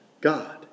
God